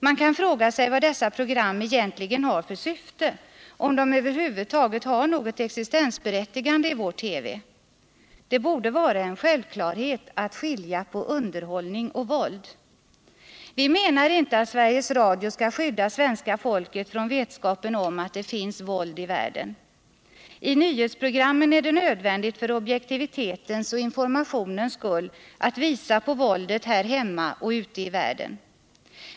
Man kan fråga sig vad dessa program egentligen har försyfte, om de över huvud taget har något existensberättigande i vår TV. Det borde vara en självklarhet att skilja på underhållning och våld. Vi menar inte att Sveriges Radio skall skydda svenska folket från vetskapen om att det finns våld i världen. I nyhetsprogrammen är det nödvändigt för objektivitetens och informationens skull att visa på våldet här hemma och ute i världen.